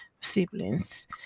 siblings